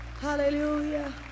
Hallelujah